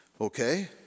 Okay